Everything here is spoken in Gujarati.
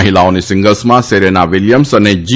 મહિલાઓની સિંગલ્સમાં સેરેના વિલિયમ્સ અને જી